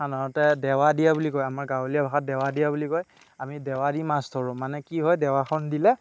সাধাৰণতে দেৱা দিয়া বুলি কয় আমাৰ গাঁৱলীয়া ভাষাত দেৱা দিয়া বুলি কয় আমি দেৱা দি মাছ ধৰোঁ মানে কি হয় দেৱাখন দিলে